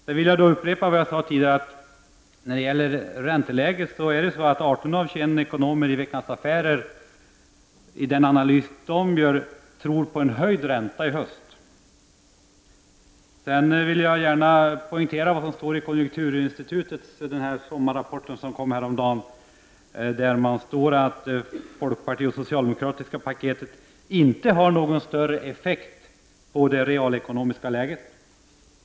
Sedan vill jag upprepa vad jag sade tidigare beträffande ränteläget, att 18 av 21 ekonomer i Veckans Affärer, i den analys som de gör, tror på en höjd ränta i höst. Jag vill också gärna poängtera vad som står i Konjunkturinstitutets sommarrapport som kom häromdagen, nämligen att det socialdemokratisk-folkpartistiska paketet inte har någon större effekt på det realekonomiska läget.